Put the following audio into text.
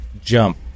jump